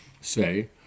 say